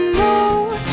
move